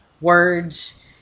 words